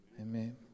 Amen